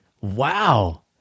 Wow